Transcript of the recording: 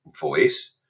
voice